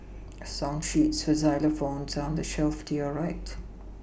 song sheets for xylophones are on the shelf to your right